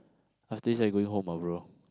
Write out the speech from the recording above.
after this I'm going home lah bro